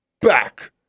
Back